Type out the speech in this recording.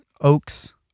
oaks